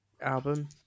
album